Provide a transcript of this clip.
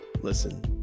listen